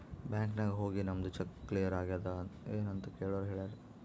bank ನಾಗ್ ಹೋಗಿ ನಮ್ದು ಚೆಕ್ ಕ್ಲಿಯರ್ ಆಗ್ಯಾದ್ ಎನ್ ಅಂತ್ ಕೆಳುರ್ ಹೇಳ್ತಾರ್